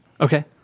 Okay